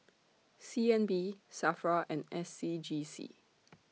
C N B SAFRA and S C G C